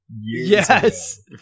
Yes